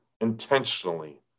intentionally